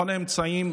בכל האמצעים,